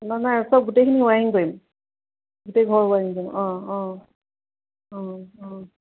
নাই নাই চব গোটেইখিনি ৱায়াৰিং কৰিম গোটেই ঘৰৰ ৱায়াৰিং কৰিম অঁ অঁ অঁ